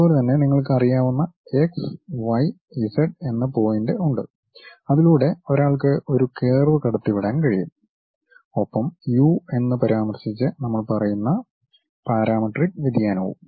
അതുപോലെ തന്നെ നിങ്ങൾക്ക് അറിയാവുന്ന എക്സ് വൈ ഇസഡ് എന്ന പോയിന്റ് ഉണ്ട് അതിലൂടെ ഒരാൾക്ക് ഒരു കർവ് കടത്തിവിടാൻ കഴിയും ഒപ്പം യു എന്ന് പരാമർശിച്ച് നമ്മൾ പറയുന്ന പാരാമെട്രിക് വ്യതിയാനവും